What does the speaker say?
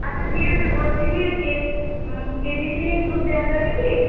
আচ্ছা ঠিক আছে বলছি কি কে কেজি তিনেক দুধ দেওয়া যাবে কি